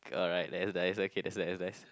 alright that is nice okay that's nice nice